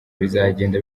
bizagenda